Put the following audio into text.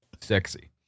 Sexy